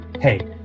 Hey